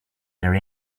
there